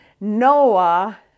Noah